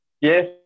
Yes